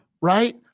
Right